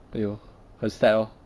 !aiyo! 很 sad hor